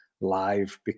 live